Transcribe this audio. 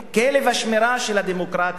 כלב השמירה של הדמוקרטיה,